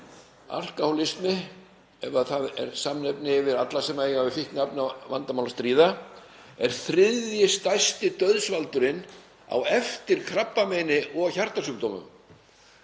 alkóhólismi, ef það er samnefni yfir alla sem eiga við fíkniefnavandamál að stríða, er þriðji stærsti dauðsvaldurinn á eftir krabbameini og hjartasjúkdómum.